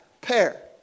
pair